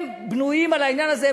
הם בנויים על העניין הזה.